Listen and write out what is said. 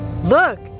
Look